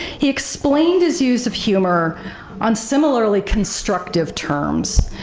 he explained his use of humor on similarly constructive terms,